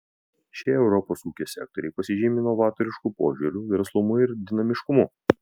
šie europos ūkio sektoriai pasižymi novatorišku požiūriu verslumu ir dinamiškumu